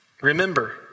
Remember